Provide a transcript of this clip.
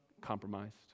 compromised